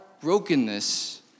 brokenness